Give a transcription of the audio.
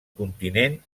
continent